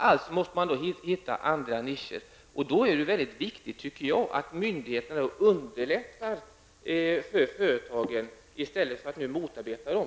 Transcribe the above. Alltså måste man hitta andra nischer. Det är då enligt min mening mycket viktigt att myndigheterna underlättar för företagen i stället för att motarbeta dem.